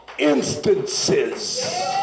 Instances